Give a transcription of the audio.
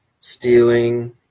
stealing